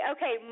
Okay